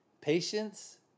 patience